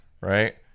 right